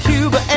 Cuba